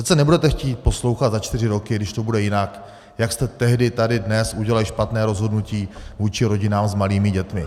Přece nebudete chtít poslouchat za čtyři roky, když to bude jinak, jak jste tehdy tady dnes udělali špatné rozhodnutí vůči rodinám s malými dětmi.